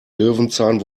löwenzahn